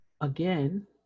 Again